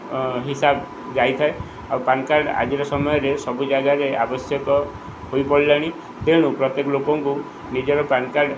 ହିସାବ ଯାଇଥାଏ ଆଉ ପାନ୍ କାର୍ଡ଼୍ ଆଜିର ସମୟରେ ସବୁ ଜାଗାରେ ଆବଶ୍ୟକ ହୋଇପଡ଼ିଲାଣି ତେଣୁ ପ୍ରତ୍ୟେକ ଲୋକଙ୍କୁ ନିଜର ପାନ୍ କାର୍ଡ଼୍